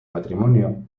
matrimonio